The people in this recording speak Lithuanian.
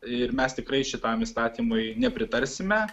ir mes tikrai šitam įstatymui nepritarsime